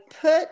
put